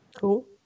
Cool